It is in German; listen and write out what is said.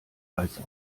weiße